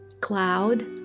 Cloud